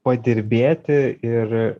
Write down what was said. padirbėti ir